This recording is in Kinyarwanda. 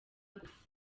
gusa